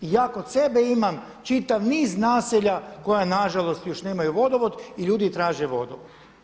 I ja kod sebe imam čitav niz naselja koja nažalost još nemaju vodovod i ljudi traže vodovod.